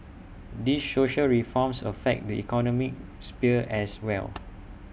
these social reforms affect the economic sphere as well